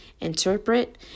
interpret